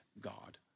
God